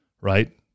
right